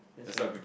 that's why